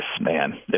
man